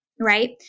Right